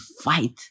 fight